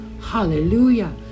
Hallelujah